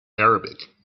arabic